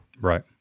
Right